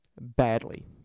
badly